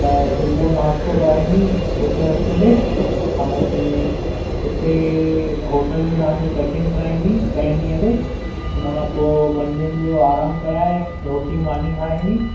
त सुबुह जो नाश्तो कराईंदी विच रस्ते ते ऐं हुते होटल में तव्हां जो चेक इन कराईंदी पहिरियें ॾींहं ते हुन खां पोइ मंझंदि जो आराम कराए रोटी पाणी खराईंदी